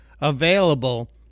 available